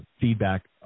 feedback